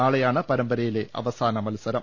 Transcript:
നാളെയാണ് പരമ്പരയിലെ അവസാന മത്സരം